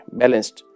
balanced